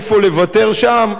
איפה לוותר שם,